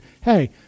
hey